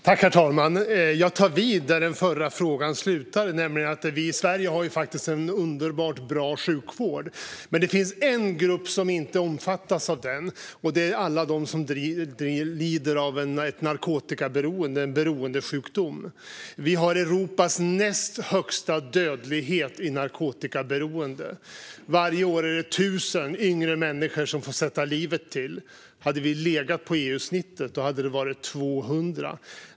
Herr talman! Jag tar vid där den förra frågan slutade. Vi i Sverige har en underbart bra sjukvård. Det finns dock en grupp som inte omfattas av den, och det är alla de som lider av ett narkotikaberoende, en beroendesjukdom. Vi har Europas näst högsta dödlighet i narkotikaberoende. Varje år får 1 000 unga människor sätta livet till. Hade vi legat på EU-snittet hade det varit 200.